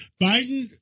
Biden